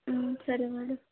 సరే మేడం